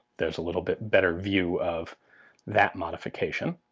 there's a little bit better view of that modification.